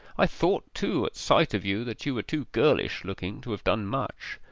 i thought too at sight of you that you were too girlish-looking to have done much.